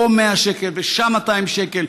פה 100 שקל ושם 200 שקל.